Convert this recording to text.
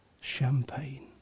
champagne